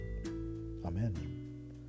Amen